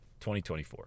2024